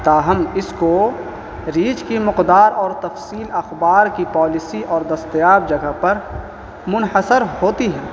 تاہم اس کو ریچ کی مقدار اور تفصیل اخبار کی پالیسی اور دستیاب جگہ پر منحصر ہوتی ہے